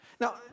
Now